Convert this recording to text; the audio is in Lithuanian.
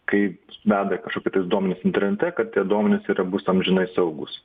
kai veda kažkokį tais duomenis internete kad tie duomenys yra bus amžinai saugūs